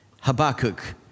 Habakkuk